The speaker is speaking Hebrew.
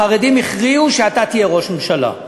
החרדים הכריעו שאתה תהיה ראש ממשלה.